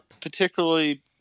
particularly –